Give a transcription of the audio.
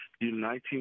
uniting